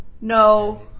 No